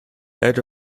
edge